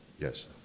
yes